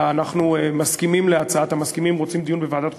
אנחנו מסכימים להצעת המציעים: רוצים דיון בוועדת החוץ,